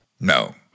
No